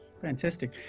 Fantastic